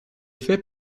fait